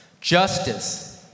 justice